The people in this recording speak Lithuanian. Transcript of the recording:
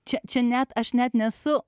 čia čia net aš net nesu